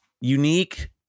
unique